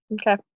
Okay